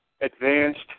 advanced